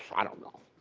i don't know.